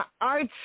arts